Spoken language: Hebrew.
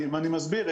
אני מסביר,